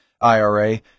IRA